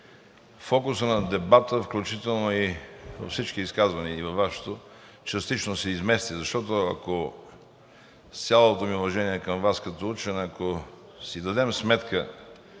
фокусът на дебата, включително и във всички изказвания, и във Вашето, частично се измести. Защото, ако, с цялото ми уважение към Вас като учен, ако си дадем сметка